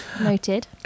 Noted